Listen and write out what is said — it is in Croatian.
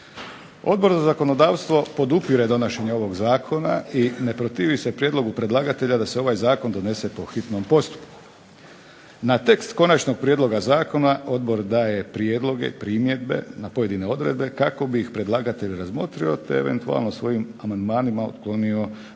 Odbor za zakonodavstvo podupire donošenje ovog zakona i ne protivi se prijedlogu predlagatelja da se ovaj zakon donese po hitnom postupku. Na tekst konačnog prijedloga zakona odbor daje prijedloge, primjedbe na pojedine odredbe kako bi ih predlagatelj razmotrio te eventualno svojim amandmanima otklonio manjkavosti